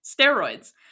steroids